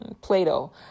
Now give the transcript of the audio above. Plato